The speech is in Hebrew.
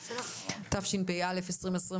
התשפ"א-2021,